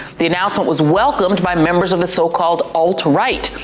the announcement was welcomed by members of the so-called alt-right,